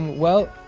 well,